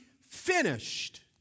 finished